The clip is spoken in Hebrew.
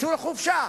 צאו לחופשה.